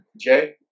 Jay